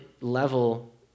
level